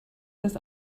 dass